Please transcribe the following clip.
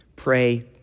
Pray